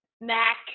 Mac